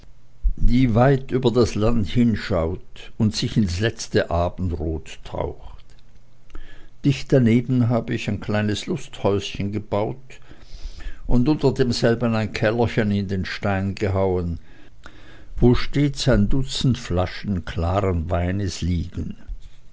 die weit über das land hinschaut und sich ins letzte abendrot taucht dicht daneben habe ich ein kleines lusthäuschen gebaut und unter demselben ein kellerchen in den stein gehauen wo stets ein dutzend flaschen klaren weines liegen